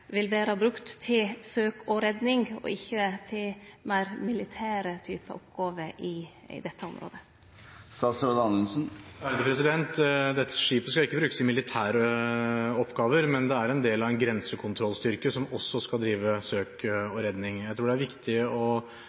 vil vere brukt til søk og redning og ikkje til meir typen militære oppgåver i dette området? Dette skipet skal ikke brukes til militære oppgaver, men det er en del av en grensekontrollstyrke som også skal drive søk og redning. Jeg tror det er viktig å